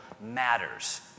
matters